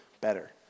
better